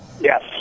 Yes